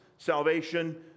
salvation